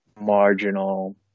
marginal